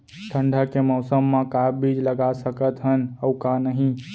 ठंडा के मौसम मा का का बीज लगा सकत हन अऊ का नही?